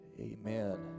Amen